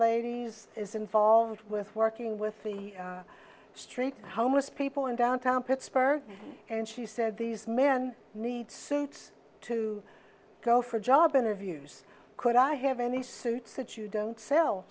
ladies is involved with working with the street homeless people in downtown pittsburgh and she said these men need suits to go for job interviews could i have any suits that you don't sell